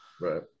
right